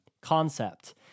concept